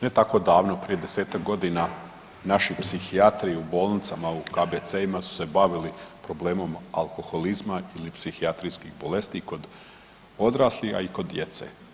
Ne tako davno, prije 10-tak godina naši psihijatri u bolnicama u KBC-ima su se bavili problemom alkoholizma ili psihijatrijskih bolesti kod odraslih, ali i kod djece.